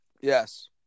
Yes